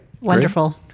Wonderful